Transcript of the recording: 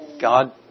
God